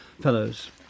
fellows